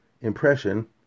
impression